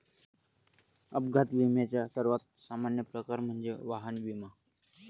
अपघात विम्याचा सर्वात सामान्य प्रकार म्हणजे वाहन विमा